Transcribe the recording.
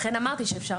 לכן אמרתי שאפשר